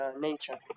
nature